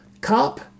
Cop